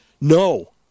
No